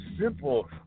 simple